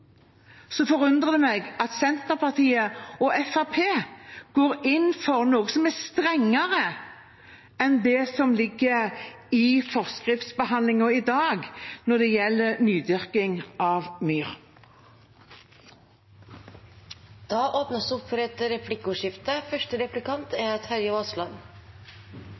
forundrer det meg at Senterpartiet og Fremskrittspartiet går inn for noe som er strengere enn det som ligger i forskriftsbehandlingen i dag når det gjelder nydyrking av myr. Det blir replikkordskifte. Jeg oppfordrer landbruksministeren til å lese innstillingen nøye, for